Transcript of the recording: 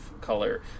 color